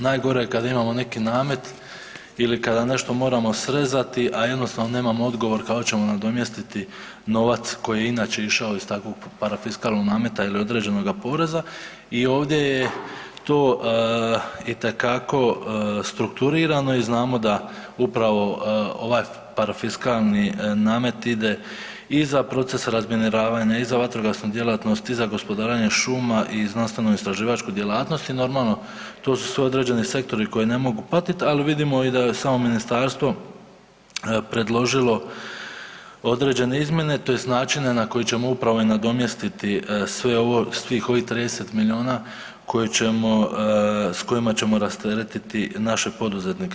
Najgore je kad imamo neki namet ili kada nešto moramo srezati, a jednostavno nemamo odgovor kako ćemo nadomjestiti novac koji je inače išao iz takvog parafiskalnog nameta ili određenoga poreza i ovdje je to itekako strukturirano i znamo da upravo ovaj parafiskalni namet ide i za proces razminiravanja i za vatrogasnu djelatnost i za gospodarenje šuma i znanstveno-istraživačku djelatnost i normalno to su sve određeni sektori koji ne mogu patiti, ali vidimo i da je samo ministarstvo predložilo određene izmjene tj. načine na koje ćemo upravo i nadomjestiti sve ovo, svih ovih 30 miliona koje ćemo, s kojima ćemo rasteretiti naše poduzetnike.